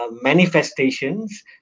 manifestations